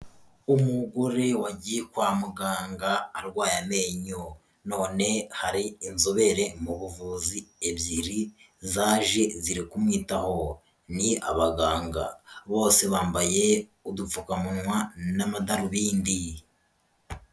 Umugore wagiye kwa muganga arwaye amenyo none hari inzobere mu buvuzi ebyiri zaje ziri kumwitaho, ni abaganga bose bambaye udupfukamunwa n'amadarubindi.